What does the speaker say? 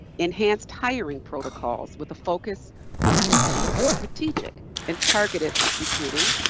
enhanced hiring protocols with a focus on strategic strategic and targeted recruiting.